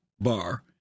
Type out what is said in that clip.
bar